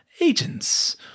agents